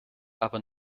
aber